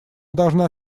должна